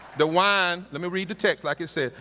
the wine, let me read the text like it says,